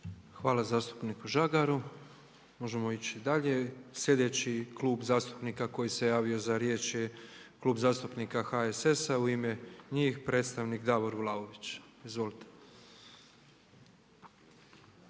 Hvala zastupniku Žagaru. Možemo ići dalje. Slijedeći klub zastupnika koji se javio za riječ je Klub zastupnika HSS-a. U ime njih predstavnik Davor Vlaović. Izvolite.